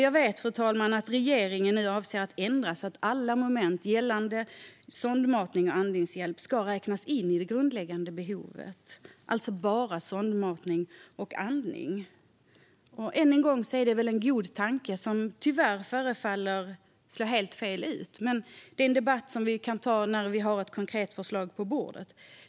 Jag vet, fru talman, att regeringen nu avser att ändra skrivningen så att alla moment gällande sondmatning och andningshjälp ska räknas in i det grundläggande behovet - alltså bara sondmatning och andning. Än en gång är det en god tanke som tyvärr förefaller slå helt fel, men det är en debatt som vi kan ta när vi har ett konkret förslag på bordet.